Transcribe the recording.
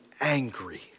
angry